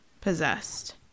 possessed